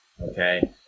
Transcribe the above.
okay